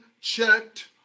checked